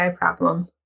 problem